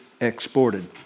exported